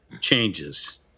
changes